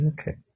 Okay